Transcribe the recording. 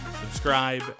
subscribe